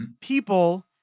people